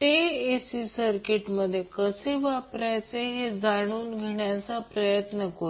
ते AC सर्किटमध्ये कसे वापरायचे हे जाणून घेण्याचा प्रयत्न करू